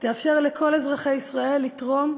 תאפשר לכל אזרחי ישראל לתרום,